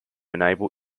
enable